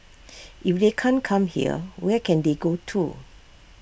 if they can't come here where can they go to